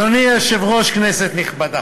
אדוני היושב-ראש, כנסת נכבדה,